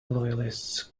loyalists